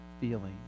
feeling